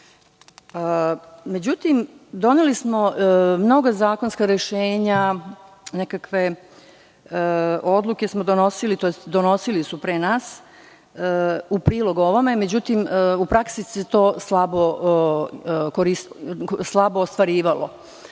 Međutim, doneli smo mnoga zakonska rešenja, nekakve odluke smo donosili, tj. donosili su pre nas, u prilog ovome, ali u praksi se to slabo ostvarivalo.